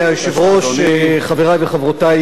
חברי וחברותי חברי הכנסת,